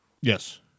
Yes